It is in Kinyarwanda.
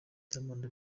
diamond